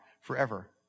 forever